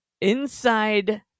Inside